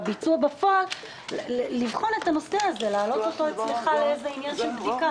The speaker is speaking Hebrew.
שבביצוע בפועל ייבחן הנושא הזה והוא יעלה אצלך לבדיקה?